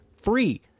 free